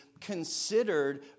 considered